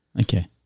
Okay